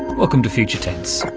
welcome to future tense.